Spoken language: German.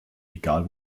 egal